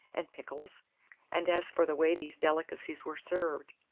and pickles and as for the way these delicacies were served,